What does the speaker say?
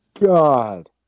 god